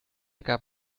gab